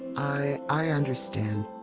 i. i understand.